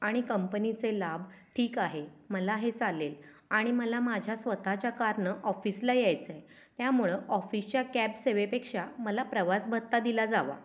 आणि कंपनीचे लाभ ठीक आहे मला हे चालेल आणि मला माझ्या स्वतःच्या कारनं ऑफिसला यायचं आहे त्यामुळं ऑफिशच्या कॅबसेवेपेक्षा मला प्रवासभत्ता दिला जावा